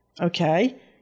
Okay